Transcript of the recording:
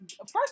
first